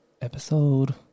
episode